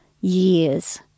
years